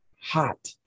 hot